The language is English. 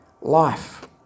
life